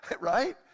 Right